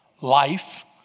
life